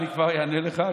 אני כבר אענה לך.